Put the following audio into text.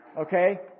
Okay